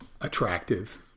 Attractive